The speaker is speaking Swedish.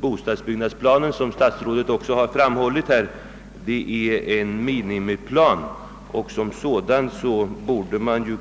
Bostadsbyggnadsplanen är, som statsrådet också framhållit, en minimiplan och därför borde den